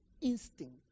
instinct